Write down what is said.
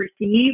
receive